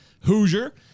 Hoosier